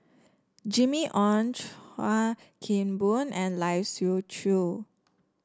Jimmy Ong Chuan Keng Boon and Lai Siu Chiu